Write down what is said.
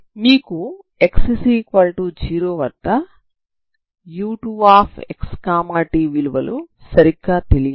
మీకు x0 వద్ద u2xt విలువలు సరిగ్గా తెలియవు